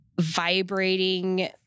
vibrating